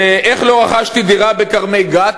"איך לא רכשתי דירה בכרמי-גת?